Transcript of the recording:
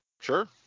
Sure